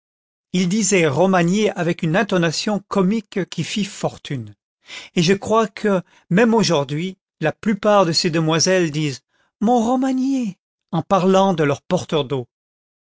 il disait romagné avec une intonation comique qui fit fortune et je crois que même aujourd'hui la plupart de ces demoiselles disent mon romagné en parlant de leur porteur d'eau